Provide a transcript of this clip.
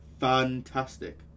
fantastic